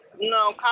No